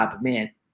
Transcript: Man